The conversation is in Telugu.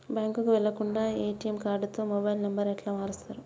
బ్యాంకుకి వెళ్లకుండా ఎ.టి.ఎమ్ కార్డుతో మొబైల్ నంబర్ ఎట్ల మారుస్తరు?